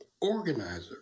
organizer